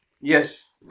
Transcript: yes